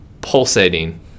pulsating